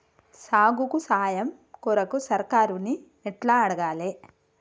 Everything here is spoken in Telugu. సాగుకు సాయం కొరకు సర్కారుని ఎట్ల అడగాలే?